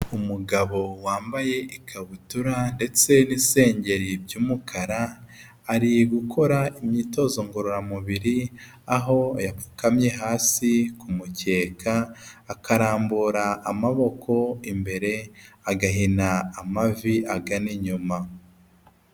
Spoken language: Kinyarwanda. Umugabo wambaye ikabutura ndetse n'isengeri by'umukara ari gukora imyitozo ngororamubiri aho yapfukamye hasi kumukeka akarambura amaboko imbere agahina amavi agana inyuma.